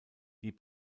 die